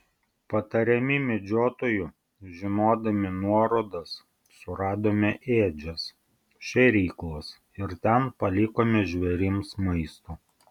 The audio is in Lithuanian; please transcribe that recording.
patariami medžiotojų žinodami nuorodas suradome ėdžias šėryklas ir ten palikome žvėrims maisto